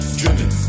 driven